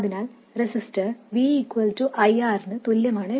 അതിനാൽ resistor V IR ന് തുല്യമാണ്